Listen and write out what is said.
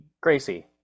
Gracie